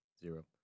zero